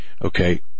Okay